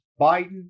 Biden